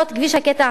הקטע הזה,